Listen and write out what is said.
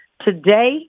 Today